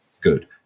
good